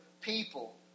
people